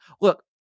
look